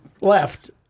left